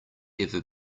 ever